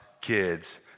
kids